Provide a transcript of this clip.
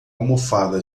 almofada